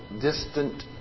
distant